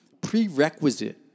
prerequisite